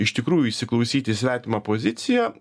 iš tikrųjų įsiklausyt į svetimą poziciją